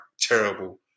terrible